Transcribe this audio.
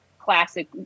classic